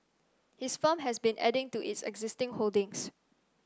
his firm has been adding to its existing holdings